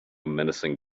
menacing